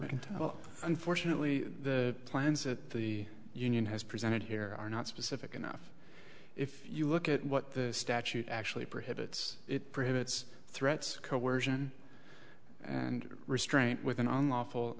and unfortunately the plans at the union has presented here are not specific enough if you look at what the statute actually prohibits it prohibits threats coersion and restraint within on lawful